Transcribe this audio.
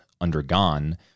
undergone